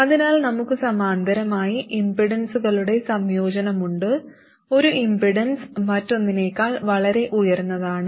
അതിനാൽ നമുക്ക് സമാന്തരമായി ഇംപെഡൻസുകളുടെ സംയോജനമുണ്ട് ഒരു ഇംപെഡൻസ് മറ്റൊന്നിനേക്കാൾ വളരെ ഉയർന്നതാണ്